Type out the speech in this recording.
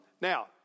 Now